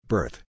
Birth